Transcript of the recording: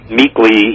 meekly